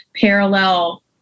parallel